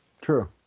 true